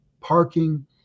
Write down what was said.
parking